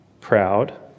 proud